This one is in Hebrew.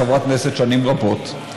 חברת כנסת שנים רבות.